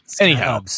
Anyhow